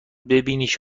ببینیش